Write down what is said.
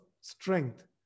strength